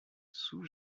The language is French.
sous